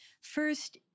first